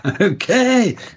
Okay